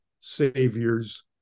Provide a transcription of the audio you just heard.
Savior's